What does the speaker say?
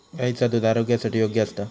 गायीचा दुध आरोग्यासाठी योग्य असता